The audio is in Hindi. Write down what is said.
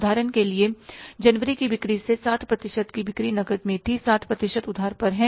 उदाहरण के लिए जनवरी की बिक्री से 60 प्रतिशत बिक्री नकद में थी 40 प्रतिशत उधार पर हैं